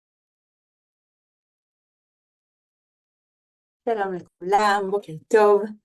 שלום לכולם, בוקר טוב.